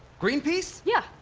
greenpeace? yeah!